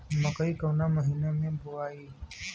मकई कवना महीना मे बोआइ?